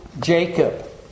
Jacob